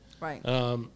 Right